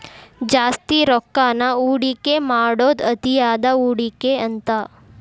ಜಾಸ್ತಿ ರೊಕ್ಕಾನ ಹೂಡಿಕೆ ಮಾಡೋದ್ ಅತಿಯಾದ ಹೂಡಿಕೆ ಅಂತ